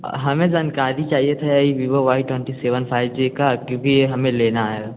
हमें जानकारी चाहिए था ये Vivo Y twenty seven five G का क्योंकि ये हमें लेना है